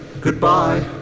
Goodbye